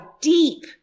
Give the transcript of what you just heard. deep